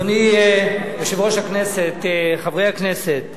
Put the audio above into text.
אדוני יושב-ראש הכנסת, חברי הכנסת,